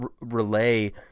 relay